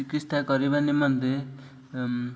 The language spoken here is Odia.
ଚିକିତ୍ସା କରିବା ନିମନ୍ତେ